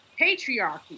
patriarchy